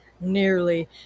Nearly